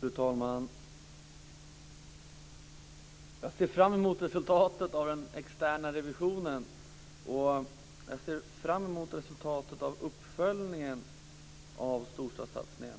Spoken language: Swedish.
Fru talman! Jag ser fram mot resultatet av den externa revisionen, och jag ser fram mot resultatet av uppföljningen av storstadssatsningen.